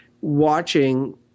watching